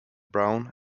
brown